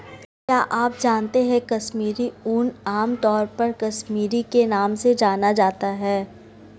क्या आप जानते है कश्मीरी ऊन, आमतौर पर कश्मीरी के नाम से जाना जाता है?